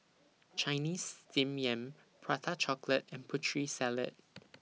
Chinese Steamed Yam Prata Chocolate and Putri Salad